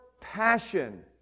passion